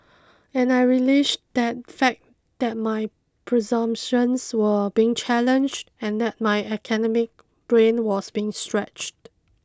and I relished that fact that my presumptions were being challenged and that my academic brain was being stretched